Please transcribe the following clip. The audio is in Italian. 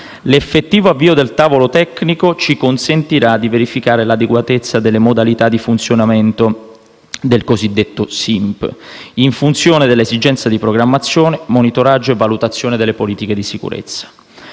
L'effettivo avvio del tavolo tecnico ci consentirà di verificare l'adeguatezza delle modalità di funzionamento del cosiddetto SINP, in funzione delle esigenze di programmazione, monitoraggio e valutazione delle politiche di sicurezza.